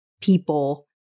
people